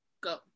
Go